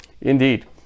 indeed